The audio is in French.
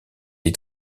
est